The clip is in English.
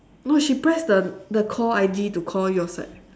no she press the the call I_D to call your side